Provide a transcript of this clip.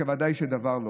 ודאי שלא.